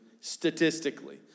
statistically